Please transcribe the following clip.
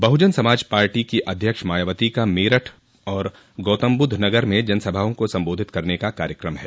बहुजन Samaj party की अध्यक्ष मायावती का मेरठ और गौतमबुद्धनगर में जनसभाओं को सम्बोधित करने का कार्यक्रम है